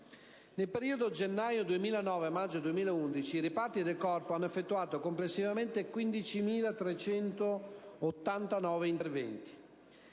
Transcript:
che va da gennaio 2009 a maggio 2011 i reparti del Corpo hanno effettuato complessivamente 15.389 interventi,